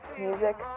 music